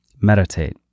meditate